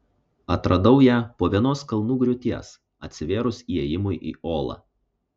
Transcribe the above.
atradau ją po vienos kalnų griūties atsivėrus įėjimui į olą